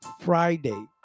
Friday